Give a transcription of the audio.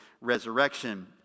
resurrection